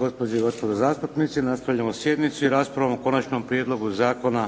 Gospođe i gospodo zastupnici, nastavljamo sjednicu i raspravu. - Konačni prijedlog zakona